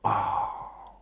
uh